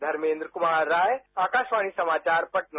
धर्मेन्द्र कुमार राय आकाशवाणी समाचार पटना